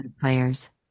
players